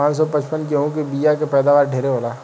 पान सौ पचपन गेंहू के बिया के पैदावार ढेरे होला